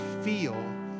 feel